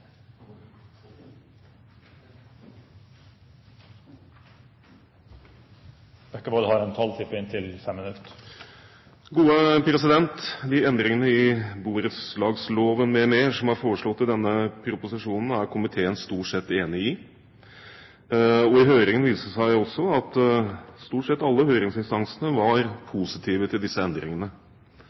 skaffe seg en borettslagsleilighet – og bli lykkelige. De endringene i borettslagsloven m.m. som er foreslått i denne proposisjonen, er komiteen stort sett enig i. I høringen viste det seg også at stort sett alle høringsinstansene var positive til disse endringene.